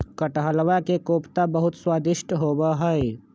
कटहलवा के कोफ्ता बहुत स्वादिष्ट होबा हई